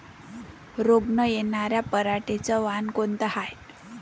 रोग न येनार पराटीचं वान कोनतं हाये?